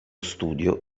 studio